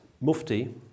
mufti